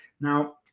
now